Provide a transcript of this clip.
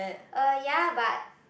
uh ya but